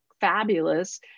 fabulous